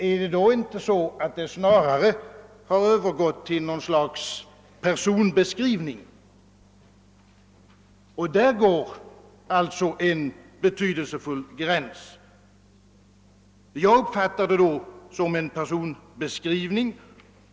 Har uppgifterna då inte snarare övergått till att bli något slags personbeskrivning? Däremellan går en betydelsefull gräns. Jag uppfattar ett sådant material som en personbeskrivning.